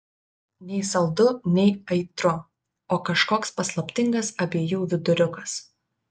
nei saldu nei aitru o kažkoks paslaptingas abiejų viduriukas